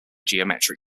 geometric